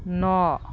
न'